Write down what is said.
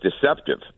deceptive